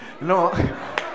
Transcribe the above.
No